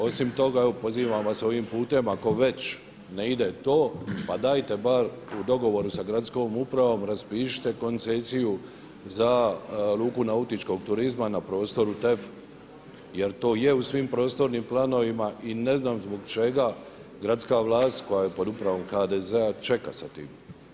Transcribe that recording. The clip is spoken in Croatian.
Osim toga, pozivam vas ovim putem ako već ne ide to pa dajte bar u dogovoru sa gradskom upravom, raspišite koncesiju za luku nautičkog turizma na prostoru TEF jer to je u svim prostornim planovima i ne znam zbog čega gradska vlast koja je pod upravom HDZ čeka sa tim.